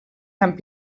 tant